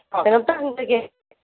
ꯀꯩꯅꯣꯝꯇ ꯍꯪꯖꯒꯦ